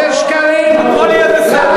השר בנט, תמשיך לדבר, הכול יהיה בסדר.